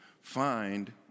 Find